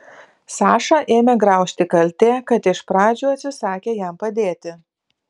sašą ėmė graužti kaltė kad iš pradžių atsisakė jam padėti